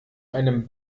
einem